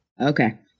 Okay